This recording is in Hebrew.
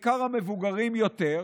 בעיקר למבוגרים יותר,